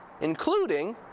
including